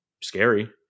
scary